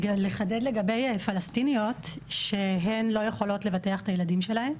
לחדד לגבי פלסטיניות שהן לא יכולות לבטח את הילדים שלהן.